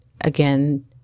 again